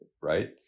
right